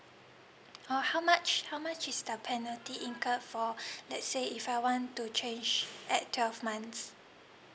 uh how much how much is the penalty incurred for let say if I want to change at twelve months